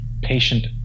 patient